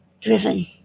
driven